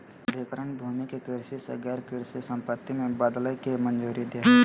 प्राधिकरण भूमि के कृषि से गैर कृषि संपत्ति में बदलय के मंजूरी दे हइ